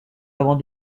avant